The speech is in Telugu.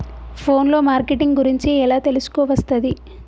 ఫోన్ లో మార్కెటింగ్ గురించి ఎలా తెలుసుకోవస్తది?